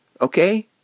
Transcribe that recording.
okay